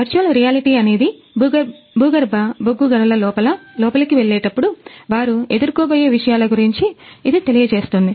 virtual reality అనేది భూగర్భ బొగ్గు గనుల లోపల కి వెళ్ళేటపుడు వారు ఎదుర్కోబోయే విషయాల గురించి ఇది తెలియజేస్తుంది